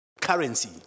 currency